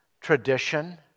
tradition